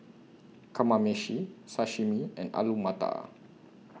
Kamameshi Sashimi and Alu Matar